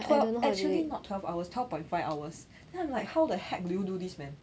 twel~ actually not twelve hours twelve point five hours then I'm like how the heck do you do this man